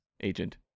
agent